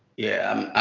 yeah.